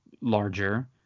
larger